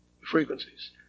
Frequencies